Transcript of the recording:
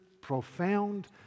profound